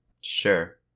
sure